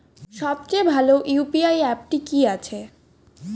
সবচেয়ে ভালো ইউ.পি.আই অ্যাপটি কি আছে?